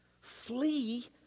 Flee